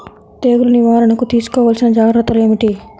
తెగులు నివారణకు తీసుకోవలసిన జాగ్రత్తలు ఏమిటీ?